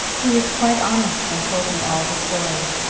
he was quite honest and told me all the story.